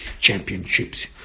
championships